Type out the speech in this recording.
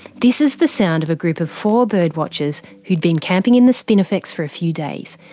this is the sound of a group of four birdwatchers who'd been camping in the spinifex for a few days.